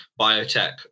biotech